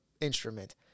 instrument